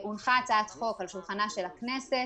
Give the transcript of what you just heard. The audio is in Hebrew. הונחה הצעת חוק על שולחנה של הכנסת